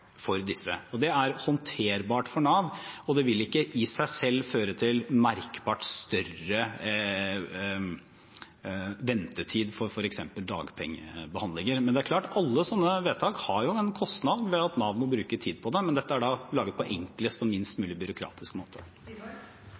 disse. Det er håndterbart for Nav, og det vil ikke i seg selv føre til merkbart større ventetid for f.eks. dagpengebehandlinger. Det er klart at alle sånne vedtak har en kostnad ved at Nav må bruke tid på dem, men dette er da laget på enklest og minst mulig byråkratisk måte.